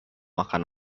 makan